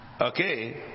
Okay